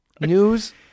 news